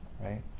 right